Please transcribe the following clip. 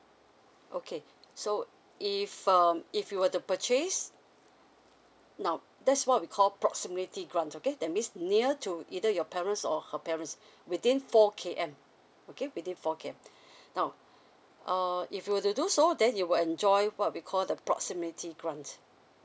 okay so if um if you were to purchase now that's what we call proximity grant okay that means near to either your parents or her parents within four K_M okay within four K_M now err if you were to do so then you will enjoy what we call the proximity grant